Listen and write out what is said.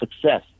success